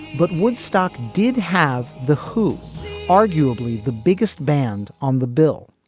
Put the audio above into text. but woodstock did have the who's arguably the biggest band on the bill.